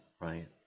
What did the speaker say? right